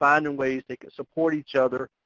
um and and ways they could support each other.